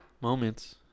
moments